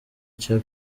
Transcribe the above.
cya